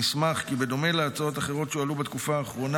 נשמח כי בדומה להצעות אחרות שהועלו בתקופה האחרונה,